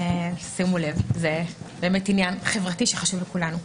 שימו לב, זה עניין חברתי שחשוב לכולנו.